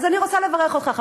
אז אני רוצה לברך אותך,